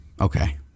Okay